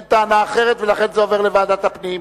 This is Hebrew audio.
אין טענה אחרת, ולכן זה עובר לוועדת הפנים.